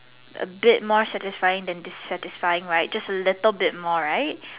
a bit more satisfying then dissatisfying right just a little bit more right